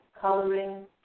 coloring